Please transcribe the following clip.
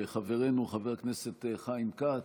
שחברנו חבר הכנסת חיים כץ,